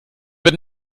wird